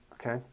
Okay